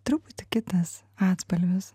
truputį kitas atspalvis